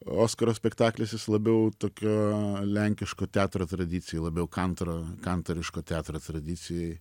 oskaro spektaklis jis labiau tokio lenkiško teatro tradicijoj labiau kantaro kantariško teatro tradicijoj